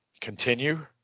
Continue